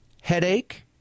headache